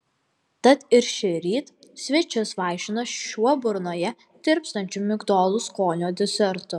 tad ir šįryt svečius vaišino šiuo burnoje tirpstančiu migdolų skonio desertu